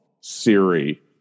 Siri